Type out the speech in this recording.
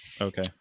Okay